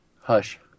Hush